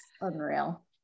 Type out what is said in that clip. unreal